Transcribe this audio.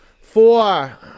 Four